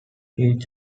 each